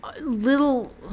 little